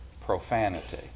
profanity